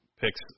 picks